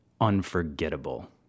unforgettable